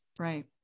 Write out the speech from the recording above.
right